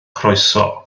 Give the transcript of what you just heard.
croeso